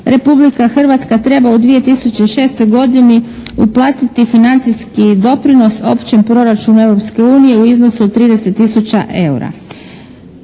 Republika Hrvatska treba u 2006. godini uplatiti financijski doprinos općem proračunu Europske unije u iznosu od 30 000 eura.